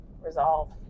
resolve